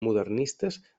modernistes